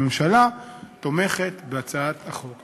הממשלה תומכת בהצעת החוק.